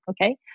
okay